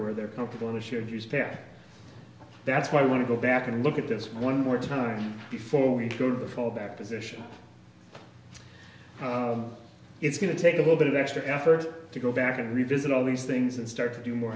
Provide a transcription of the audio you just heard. where they're comfortable in a shared use pack that's why i want to go back and look at this one more time before we go to the fallback position it's going to take a little bit of extra effort to go back and revisit all these things and start to do more